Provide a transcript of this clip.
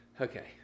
Okay